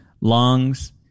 lungs